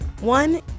One